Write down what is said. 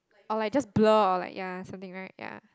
or like just blur or like ya something right ya